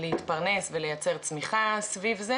להתפרנס ולייצר צמיחה סביב זה,